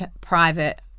private